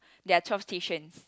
there are twelve stations